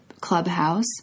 clubhouse